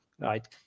right